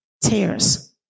tears